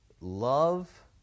love